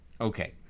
Okay